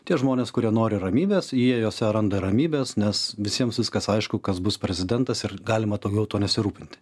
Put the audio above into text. tie žmonės kurie nori ramybės jie jose randa ramybės nes visiems viskas aišku kas bus prezidentas ir galima toliau tuo nesirūpinti